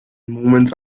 movements